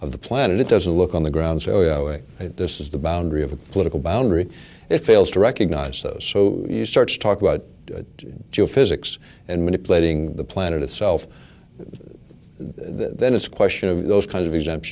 of the planet it doesn't look on the ground so this is the boundary of a political boundary it fails to recognise those so you start to talk about geo physics and manipulating the planet itself then it's a question of those kinds of e